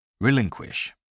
Relinquish